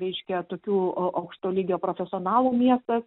reiškia tokių aukšto lygio profesionalų miestas